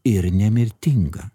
ir nemirtinga